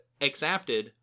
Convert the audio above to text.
exapted